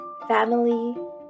family